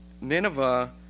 Nineveh